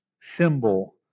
symbol